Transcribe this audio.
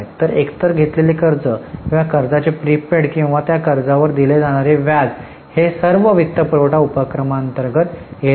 तर एकतर घेतलेले कर्ज किंवा कर्जाचे प्रीपेड किंवा त्या कर्जावर दिले गेलेले व्याज हे सर्व वित्तपुरवठा उपक्रमांतर्गत येत आहेत